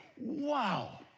wow